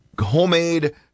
homemade